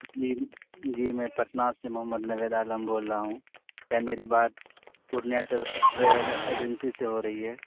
جی جی میں پٹنہ سے محمد نوید عالم بول رہا ہوں کیا میری بات پورنیہ ٹریول ایجنسی سے ہو رہی ہے